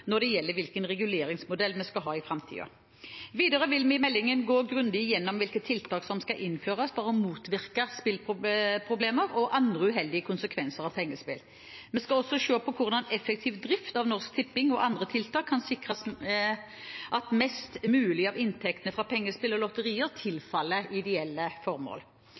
når det gjelder hvilken reguleringsmodell vi skal ha i framtiden. Videre vil vi i meldingen gå grundig gjennom hvilke tiltak som skal innføres for å motvirke spilleproblemer og andre uheldige konsekvenser av pengespill. Vi skal også se på hvordan effektiv drift i Norsk Tipping og andre tiltak kan sikre at mest mulig av inntektene fra pengespill og lotterier tilfaller ideelle formål.